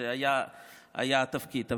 שבה היה התפקיד.